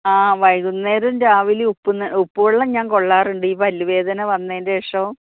ആ വൈകുന്നേരം രാവിലേയും ഉപ്പുവെള്ളം ഞാൻ കൊള്ളാറുണ്ട് ഈ പല്ല് വേദന വന്നതിൻ്റെ ശേഷം